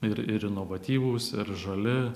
ir ir inovatyvūs ir žali